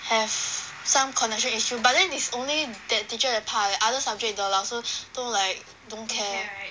have some connection issue but then is only that teacher that 怕 eh other subject 的老师都 like don't care